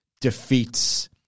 defeats